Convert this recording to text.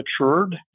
matured